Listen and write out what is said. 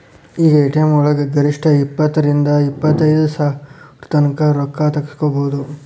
ಈಗ ಎ.ಟಿ.ಎಂ ವಳಗ ಗರಿಷ್ಠ ಇಪ್ಪತ್ತರಿಂದಾ ಇಪ್ಪತೈದ್ ಸಾವ್ರತಂಕಾ ರೊಕ್ಕಾ ತಗ್ಸ್ಕೊಬೊದು